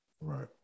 Right